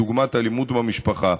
דוגמת אלימות במשפחה.